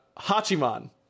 Hachiman